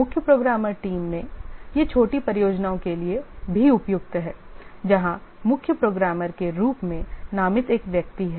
मुख्य programmer team में ये छोटी परियोजनाओं के लिए भी उपयुक्त हैं जहाँ मुख्य प्रोग्रामर के रूप में नामित एक व्यक्ति है